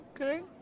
okay